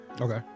Okay